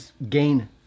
gain